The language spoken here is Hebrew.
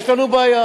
יש לנו בעיה.